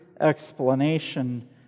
explanation